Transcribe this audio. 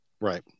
Right